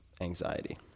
anxiety